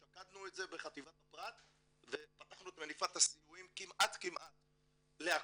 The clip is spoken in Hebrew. שקדנו על זה בחטיבת הפרט ופתחנו את מניפת הסיועים כמעט כמעט להכל,